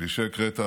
כפי שהקראת,